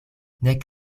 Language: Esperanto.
nek